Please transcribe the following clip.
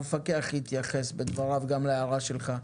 המפקח התייחס בדבריו גם להערה שלך.